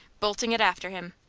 bolting it after him.